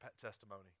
testimony